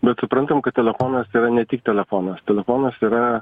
bet suprantam kad telefonas yra ne tik telefonas telefonas yra